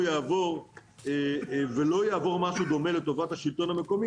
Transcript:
יעבור ולא יעבור משהו דומה לטובת השלטון המקומי,